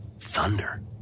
Thunder